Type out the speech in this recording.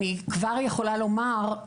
אני כבר יכולה לומר,